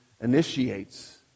initiates